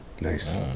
Nice